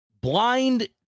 blind